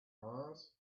mars